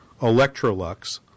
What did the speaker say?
Electrolux